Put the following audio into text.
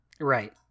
right